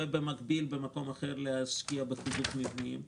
ובמקביל במקום אחר להשקיע בחיזוק מבנים,